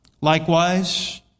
Likewise